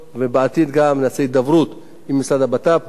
ובעתיד גם נקיים הידברות עם המשרד לביטחון פנים,